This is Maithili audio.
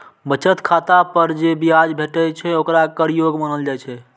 बचत खाता पर जे ब्याज भेटै छै, ओकरा कर योग्य मानल जाइ छै